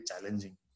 challenging